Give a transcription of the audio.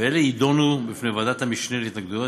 ואלה יידונו בפני ועדת המשנה להתנגדויות,